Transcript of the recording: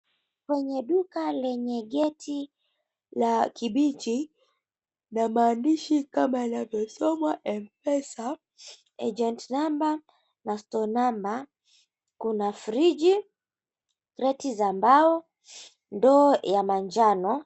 Kwenye duka lenye geti la kibichi na maandishi kama yanavyosomwa Mpesa, Agent Number na Store Number, kuna friji, kreti za mbao, ndoo ya manjano.